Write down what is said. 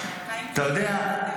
אתה יודע,